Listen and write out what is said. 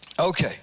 Okay